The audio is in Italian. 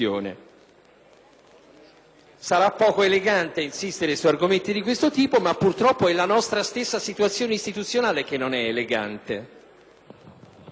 Sarà poco elegante insistere su argomenti di questo tipo, ma purtroppo è la nostra stessa situazione istituzionale che non è elegante.